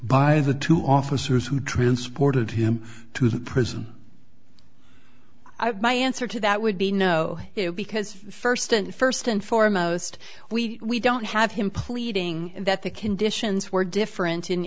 by the two officers who transported him to the prison my answer to that would be no because first and first and foremost we don't have him pleading that the conditions were different in